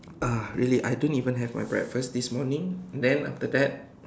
ah really I don't even have my breakfast this morning then after that